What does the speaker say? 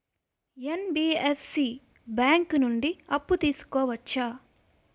NBFC bank నుండి అప్పు తీసుకోవచ్చా?